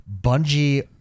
Bungie